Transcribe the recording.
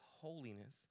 holiness